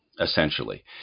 Essentially